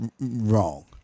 wrong